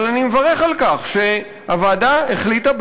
אבל אני מברך על כך שהוועדה החליטה,